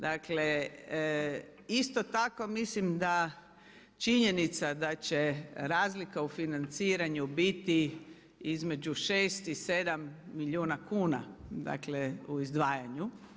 Dakle isto tako mislim da činjenica da će razlika u financiranju biti između 6 i 7 milijuna kuna, dakle u izdvajanju.